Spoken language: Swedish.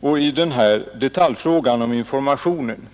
och i denna detaljfråga om informationen.